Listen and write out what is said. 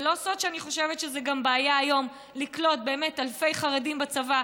זה לא סוד שאני חושבת שזו גם באמת בעיה היום לקלוט אלפי חרדים בצבא,